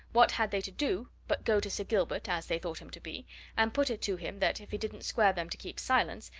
what had they to do but go to sir gilbert as they thought him to be and put it to him that, if he didn't square them to keep silence,